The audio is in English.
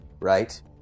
right